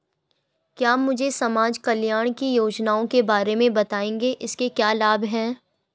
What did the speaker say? क्या मुझे समाज कल्याण की योजनाओं के बारे में बताएँगे इसके क्या लाभ हैं?